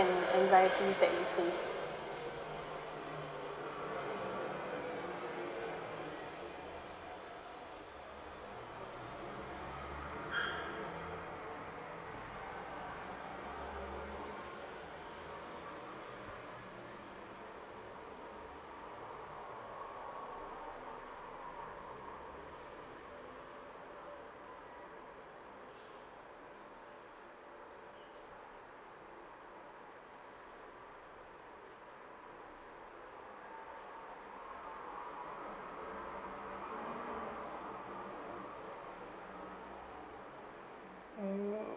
and anxieties that we face mm